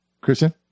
Christian